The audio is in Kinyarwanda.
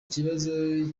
kibazo